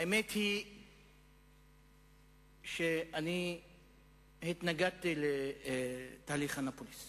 האמת היא שאני התנגדתי לתהליך אנאפוליס